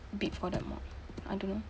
bid for that mod I don't know